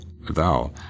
thou